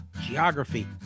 geography